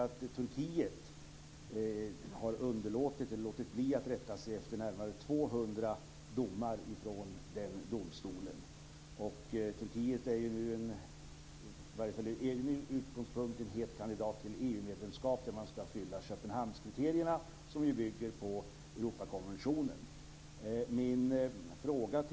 Jag vill också erinra om att Vänsterpartiet och Miljöpartiet var rörande överens om den här propositionen.